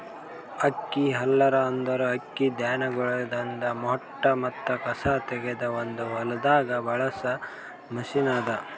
ಅಕ್ಕಿ ಹಲ್ಲರ್ ಅಂದುರ್ ಅಕ್ಕಿ ಧಾನ್ಯಗೊಳ್ದಾಂದ್ ಹೊಟ್ಟ ಮತ್ತ ಕಸಾ ತೆಗೆದ್ ಒಂದು ಹೊಲ್ದಾಗ್ ಬಳಸ ಮಷೀನ್ ಅದಾ